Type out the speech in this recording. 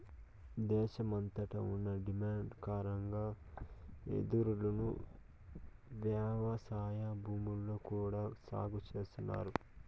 దేశమంతట ఉన్న డిమాండ్ కారణంగా వెదురును వ్యవసాయ భూముల్లో కూడా సాగు చేస్తన్నారు